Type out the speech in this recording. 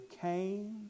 came